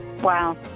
Wow